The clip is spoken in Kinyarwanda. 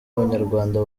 abanyarwanda